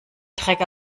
dreck